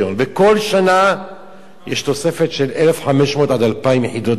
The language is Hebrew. וכל שנה יש תוספת של 1,500 2,000 יחידות דיור,